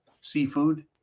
Seafood